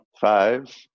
Five